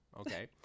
Okay